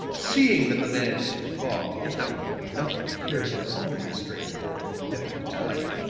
seeing that the man's befogged intellect would be likely to carry him on in this strain for an indefinite time,